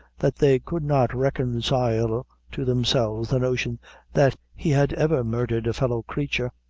that they could not reconcile to themselves the notion that he had ever murdered a fellow creature.